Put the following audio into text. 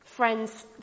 friends